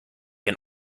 can